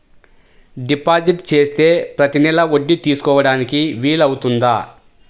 Deposit చేస్తే ప్రతి నెల వడ్డీ తీసుకోవడానికి వీలు అవుతుందా?